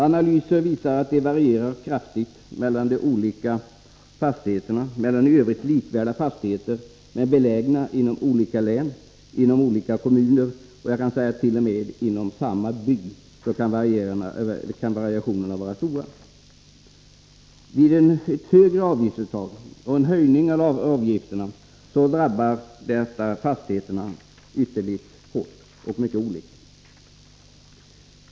Analyser visar att de varierar kraftigt mellan i övrigt likvärdiga fastigheter, belägna inom olika län och kommuner. Men t.o.m. inom samma by kan variationerna vara stora. Ett högre avgiftsuttag och en höjning av avgifterna drabbar fastigheterna ytterligt hårt och mycket olika.